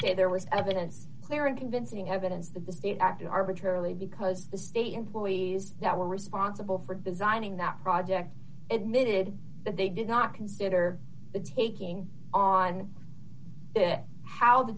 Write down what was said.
say there was evidence clear and convincing evidence that the state acted arbitrarily because the state employees that were responsible for designing that project admitted that they did not consider taking on it how the